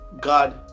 god